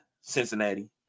Cincinnati